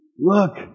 Look